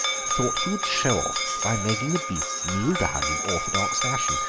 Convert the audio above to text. thought he would show off by making the beasts kneel down in orthodox fashion.